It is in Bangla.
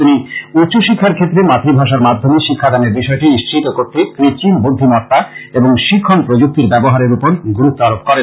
তিনি উচ্চশিক্ষার ক্ষেত্রে মাতভাষার মাধ্যমে শিক্ষাদানের বিষয়টি নিশ্চিত করতে কৃত্রিম বুদ্ধিমত্তা এবং শিক্ষণ প্রযুক্তির ব্যবহারের উপর গুরুত্ব আরোপ করেন